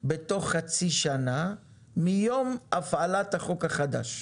בתוך חצי שנה מיום הפעלת החוק החדש.